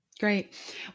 Great